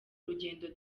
rugendo